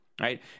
right